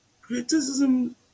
criticism